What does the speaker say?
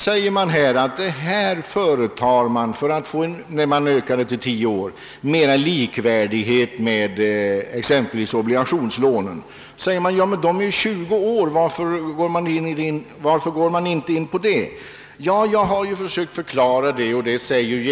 Den ökning som där föreslagits till 10 år har gjorts för att få mera likformighet med t.ex. obligationslånen. Då säger man att ob ligationslånen löper på 20 år, och därför borde man förlänga avdragstiden för aktieutdelningarna lika mycket. Jag har försökt att förklara skälen däremot.